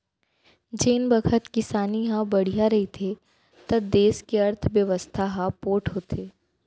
जेन बखत किसानी ह बड़िहा रहिथे त देस के अर्थबेवस्था ह पोठ होथे